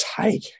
take